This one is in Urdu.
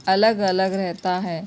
الگ الگ رہتا ہے